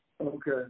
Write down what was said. Okay